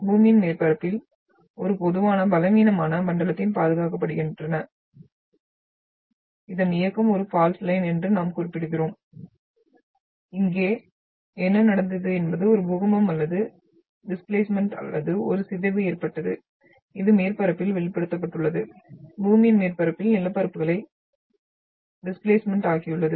பூமியின் மேற்பரப்பில் ஒரு பொதுவான பலவீனமான மண்டலத்தில் பாதுகாக்கப்படுகின்ற இயக்கம் ஒரு பால்ட் லைன் என்று நாம் குறிப்பிடுகிறோம் இங்கே என்ன நடந்தது என்பது ஒரு பூகம்பம் அல்லது டிஸ்பிளேஸ்மென்ட் அல்லது ஒரு சிதைவு ஏற்பட்டது இது மேற்பரப்பில் வெளிப்படுத்தப்பட்டுள்ளது பூமியின் மேற்பரப்பில் நிலப்பரப்புகளை டிஸ்பிளேஸ்மென்ட் ஆகியுள்ளது